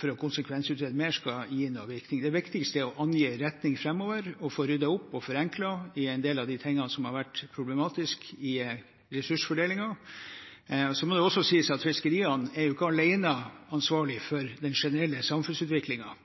for å konsekvensutrede mer vil gi noen virkning. Det viktigste er å angi retning framover og få ryddet opp i og forenklet en del av det som har vært problematisk i ressursfordelingen. Det må også sies at fiskeriene ikke alene er ansvarlige for den generelle samfunnsutviklingen.